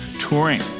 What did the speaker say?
touring